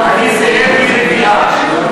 אני זאב והיא לביאה.